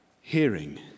Hearing